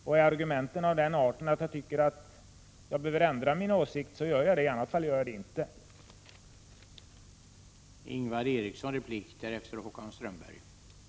Är argumenten av den arten att jag anser att jag behöver ändra åsikt, så gör jag det —i annat fall gör jag inte det.